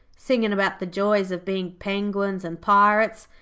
singing about the joys of being penguins and pirates,